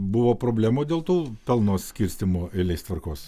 buvo problemų dėl tų pelno skirstymo eilės tvarkos